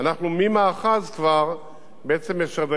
משדרגים את הכביש להיות ברמה של כביש חוצה-ישראל.